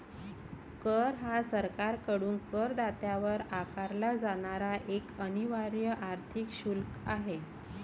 कर हा सरकारकडून करदात्यावर आकारला जाणारा एक अनिवार्य आर्थिक शुल्क आहे